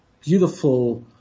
beautiful